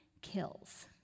kills